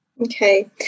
Okay